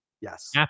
Yes